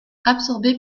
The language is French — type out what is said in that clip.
absorbée